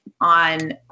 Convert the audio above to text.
on